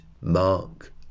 mark